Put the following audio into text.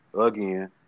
again